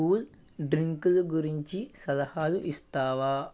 cool డ్రింకులు గురించి సలహాలు ఇస్తావా